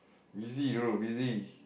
busy bro busy